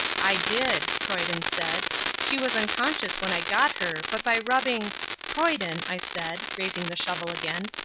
i did, croyden said she was unconscious when i got her, but by rubbing croyden, i said, raising the shovel again,